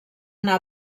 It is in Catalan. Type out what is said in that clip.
anar